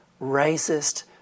racist